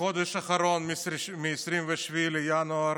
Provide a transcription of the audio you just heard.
בחודש האחרון, מ-27 בינואר,